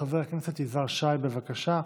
חבר הכנסת יזהר שי, בבקשה.